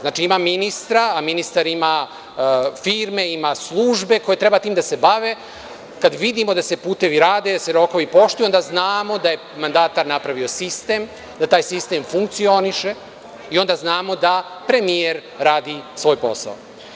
Znači, ima ministra, a ministar ima firme, ima službe koje treba time da se bave, kada vidimo da se putevi rade, da se rokovi poštuju, onda znamo da je mandatar napravio sistem, da taj sistem funkcioniše i onda znamo da premijer radi svoj posao.